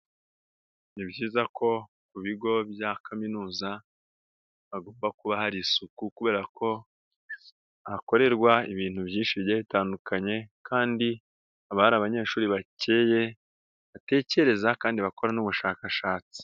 Ni byiza ko ku bigo bya kaminuza hagomba kuba hari isuku kubera ko hakorerwa ibintu byinshi bigiye bitandukanye kandi haba hari abanyeshuri bakeye batekereza kandi bakora n'ubushakashatsi.